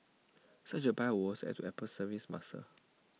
such A buy would add to Apple's services muscle